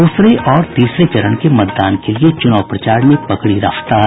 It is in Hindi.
दूसरे और तीसरे चरण के मतदान के लिये चुनाव प्रचार ने पकड़ी रफ्तार